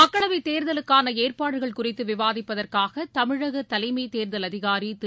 மக்களவை தேர்தலுக்கான ஏற்பாடுகள் குறித்து விவாதிப்பதற்காக தமிழக தலைமைத் தேர்தல் அதிகாரி திரு